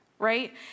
Right